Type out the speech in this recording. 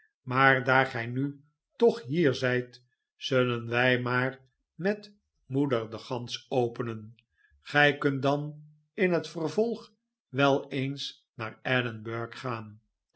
maar daar gij nu toch hier zijt zullen wij maar met moeder de gans openen gij kunt dan in het vervolg wel eens naar edinburg gaan